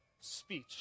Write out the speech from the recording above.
speech